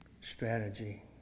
strategy